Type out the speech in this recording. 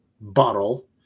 bottle